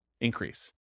increase